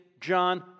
John